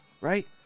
right